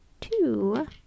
two